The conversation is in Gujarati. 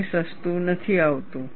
તે સસ્તું નથી આવતું